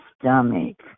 stomach